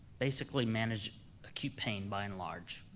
basically manage acute pain by and large,